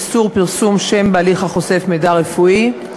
איסור פרסום שם בהליך החושף מידע רפואי),